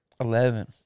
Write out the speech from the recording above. Eleven